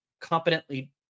competently